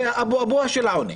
זה "אבו אבוהא" של העוני.